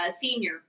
senior